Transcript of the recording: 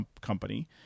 company